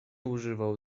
używał